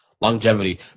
longevity